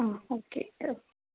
ആ ഓക്കെ